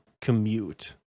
commute